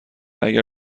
اگه